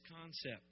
concept